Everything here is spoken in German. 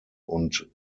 und